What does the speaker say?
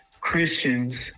Christians